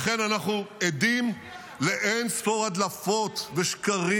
לכן, אנחנו עדים לאין-ספור הדלפות ושקרים.